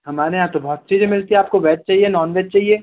हमारे यहाँ तो बहुत चीज़ें मिलती है आपको वेज चहिए नॉन वेज चाहिए